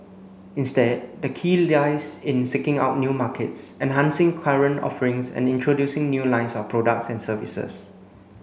instead the key lies in seeking out new markets enhancing current offerings and introducing new lines of products and services